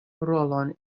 rolon